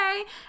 okay